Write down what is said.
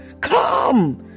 Come